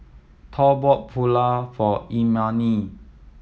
Thor bought Pulao for Imani